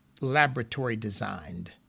laboratory-designed